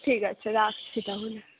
ঠিক আছে রাখছি তাহলে